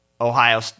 Ohio